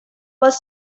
was